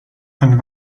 ein